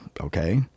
okay